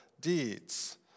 deeds